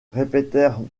répétèrent